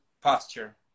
posture